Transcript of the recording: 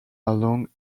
along